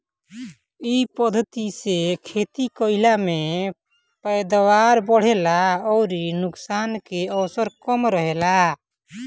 इ पद्धति से खेती कईला में पैदावार बढ़ेला अउरी नुकसान के अवसर कम रहेला